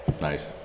Nice